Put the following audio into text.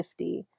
50